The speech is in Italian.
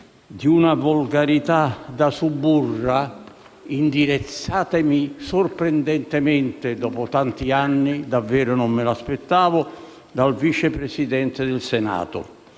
di una volgarità da suburra indirizzatemi sorprendentemente - dopo tanti anni, davvero, non me lo aspettavo - dal Vice Presidente del Senato.